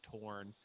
torn